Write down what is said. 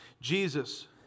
Jesus